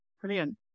Brilliant